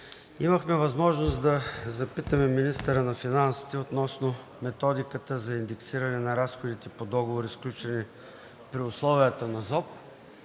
имахме възможност да запитаме министъра на финансите относно методиката за индексиране на разходите по договори, сключени при условията на ЗОП,